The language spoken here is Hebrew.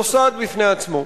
מוסד בפני עצמו.